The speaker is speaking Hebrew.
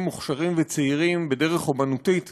מוכשרים וצעירים להביע בדרך אמנותית